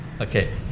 Okay